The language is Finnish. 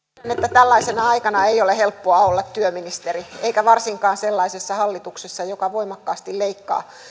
tällaisena aikana ei ole helppoa olla työministeri eikä varsinkaan sellaisessa hallituksessa joka voimakkaasti leikkaa